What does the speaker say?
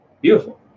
Beautiful